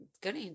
Good